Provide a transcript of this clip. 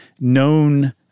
known